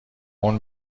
اون